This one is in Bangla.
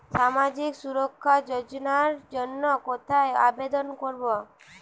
সামাজিক সুরক্ষা যোজনার জন্য কোথায় আবেদন করব?